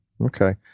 Okay